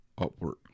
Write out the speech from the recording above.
upward